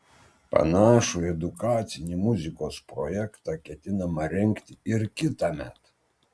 panašų edukacinį muzikos projektą ketinama rengti ir kitąmet